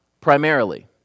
primarily